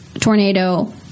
tornado